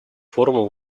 форумом